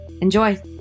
Enjoy